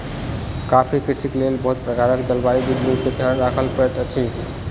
coffee कृषिक लेल बहुत प्रकारक जलवायु बिंदु के ध्यान राखअ पड़ैत अछि